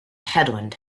headland